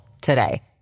today